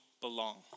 belong